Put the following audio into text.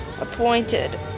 appointed